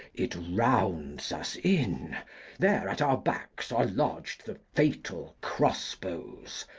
it rounds us in there at our backs are lodged the fatal crossbows,